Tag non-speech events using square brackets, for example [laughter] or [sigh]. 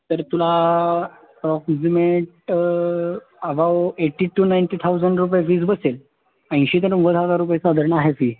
तर तुला [unintelligible] above eighty to ninety thousand रुपये फीज बसेल ऐंशी ते नव्वद हजार रुपये साधारण आहे फी